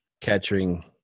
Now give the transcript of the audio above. capturing